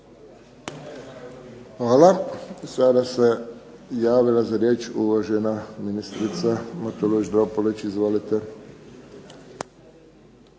Hvala. Sada se javila za riječ uvažena ministrica Matulović Dropulić. Izvolite.